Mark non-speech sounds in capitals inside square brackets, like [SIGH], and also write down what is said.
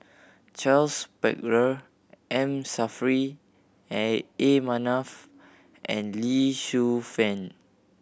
Charles Paglar M Saffri [HESITATION] A Manaf and Lee Shu Fen